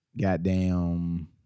goddamn